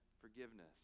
forgiveness